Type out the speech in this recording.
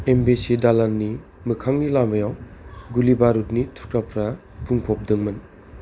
embassy दालाननि मोखांनि लामायाव गुलि बारुदनि थुख्राफ्रा बुंफबदोंमोन